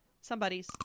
somebody's